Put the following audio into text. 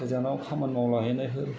गोजानाव खामानि मावला हैनायफोर